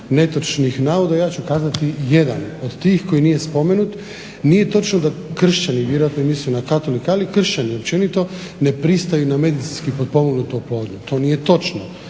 netočnih navoda. Ja ću kazati jedan od tih koji nije spomenut. Nije točno da kršćani vjerojatno je mislio na katolike ali kršćani općenito ne pristaju na medicinski pomognutu oplodnju. To nije točno.